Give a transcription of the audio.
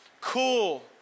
cool